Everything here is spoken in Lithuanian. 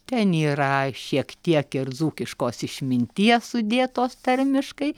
ten yra šiek tiek ir dzūkiškos išminties sudėtos tarmiškai